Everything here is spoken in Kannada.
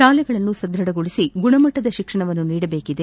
ಶಾಲೆಗಳನ್ನು ಸದ್ಭಧಗೊಳಿಸಿ ಗುಣಮಟ್ಟದ ಶಿಕ್ಷಣವನ್ನು ನೀಡಬೇಕಿದೆ